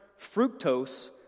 fructose